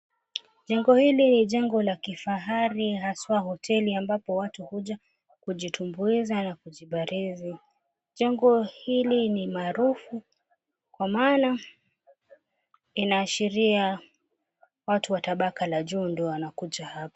Jengo hili ni jengo la kifahari haswa hoteli ambapo watu huja kujitumbuiza na kujibarizi. Jengo hili ni maarufu kwa maana inaashiria watu wa tabaka la juu ndio wanakuja hapa.